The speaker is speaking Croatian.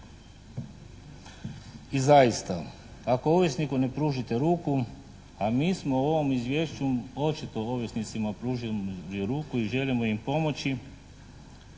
I zaista ako ovisniku ne pružite ruku, a mi smo u ovom izvješću očito ovisnicima pružili ruku i želimo im pomoći